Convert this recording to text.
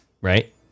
right